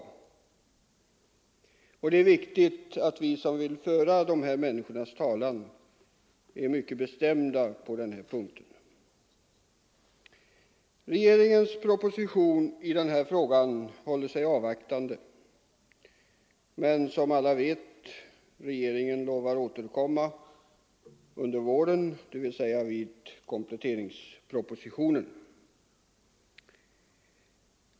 Det är därför viktigt att vi som vill föra dessa människors talan är mycket bestämda på den här punkten. Regeringen förhåller sig i denna fråga avvaktande i statsverkspropositionen. Men regeringen lovar, som alla vet, att återkomma under våren, dvs. i kompletteringspropositionen.